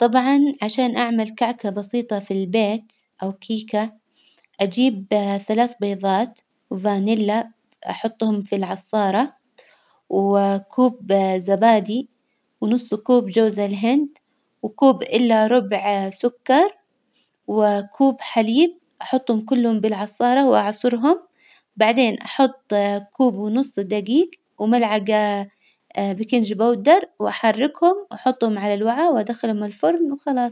طبعا عشان أعمل كعكة بسيطة في البيت أو كيكة، أجيب ثلاث بيظات وفانيلا أحطهم في العصارة، وكوب زبادي ونص كوب جوز الهند وكوب إلا ربع سكر وكوب حليب، أحطهم كلهم بالعصارة وأعصرهم، بعدين أحط كوب ونص دجيج وملعجة بيكنج باودر، وأحركهم وأحطهم على الوعاء وأدخلهم الفرن وخلاص.